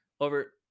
over